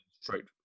straight